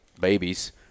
babies